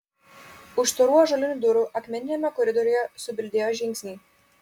už storų ąžuolinių durų akmeniniame koridoriuje subildėjo žingsniai